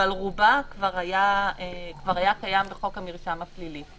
אבל רובה כבר היה קיים בחוק המרשם הפלילי.